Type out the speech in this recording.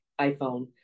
iPhone